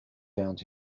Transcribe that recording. found